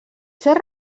ser